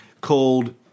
called